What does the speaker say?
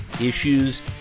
issues